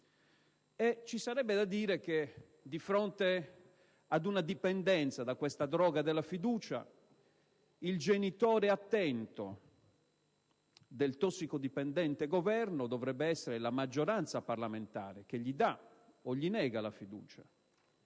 Ci sarebbe da dire che, di fronte ad una dipendenza dalla droga della fiducia, il genitore attento del tossicodipendente Governo dovrebbe essere la maggioranza parlamentare che gli dà o gli nega la fiducia.